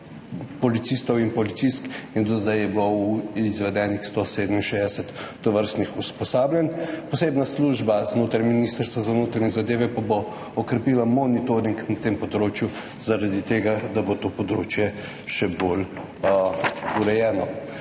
policistov in policistk. Do zdaj je bilo izvedenih 167 tovrstnih usposabljanj. Posebna služba znotraj Ministrstva za notranje zadeve pa bo okrepila monitoring na tem področju, zaradi tega da bo to področje še bolj urejeno.